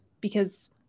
Because-